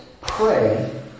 pray